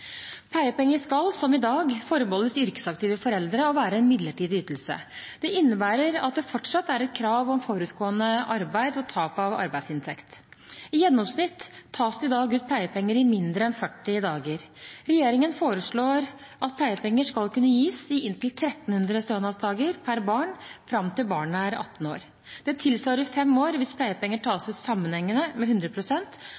Pleiepenger skal, som i dag, forbeholdes yrkesaktive foreldre og være en midlertidig ytelse. Det innebærer at det fortsatt er et krav om forutgående arbeid og tap av arbeidsinntekt. I gjennomsnitt tas det i dag ut pleiepenger i mindre enn 40 dager. Regjeringen foreslår at pleiepenger skal kunne gis i inntil 1 300 stønadsdager per barn fram til barnet er 18 år. Det tilsvarer fem år hvis pleiepenger